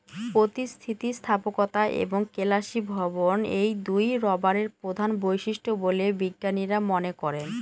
অতি স্থিতিস্থাপকতা এবং কেলাসীভবন এই দুইই রবারের প্রধান বৈশিষ্ট্য বলে বিজ্ঞানীরা মনে করেন